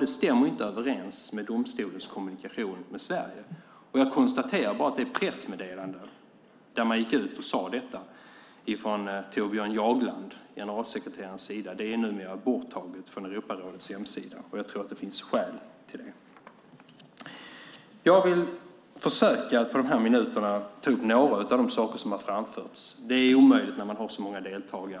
Det stämmer inte överens med domstolens kommunikation med Sverige. Jag konstaterar bara att det pressmeddelande där man gick ut och sade detta från generalsekreteraren Thorbjørn Jaglands sida numera är borttaget från Europarådets hemsida, och jag tror att det finns skäl till det. Jag vill under de här minuterna försöka ta upp några av de saker som har framförts. Det är omöjligt när det är så många deltagare